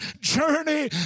journey